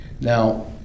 Now